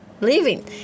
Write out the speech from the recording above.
living